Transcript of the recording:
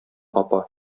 апа